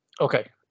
okay